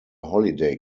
holiday